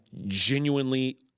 genuinely